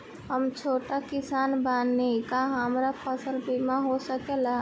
हम छोट किसान बानी का हमरा फसल बीमा हो सकेला?